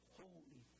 holy